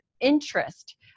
interest